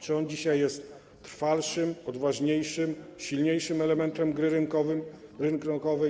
Czy on dzisiaj jest trwalszym, odważniejszym, silniejszym elementem gry rynkowej?